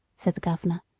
said the governor,